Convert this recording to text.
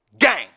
gang